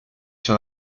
sur